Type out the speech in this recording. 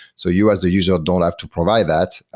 so you as a user don't have to provide that.